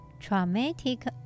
traumatic